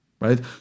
right